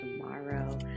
tomorrow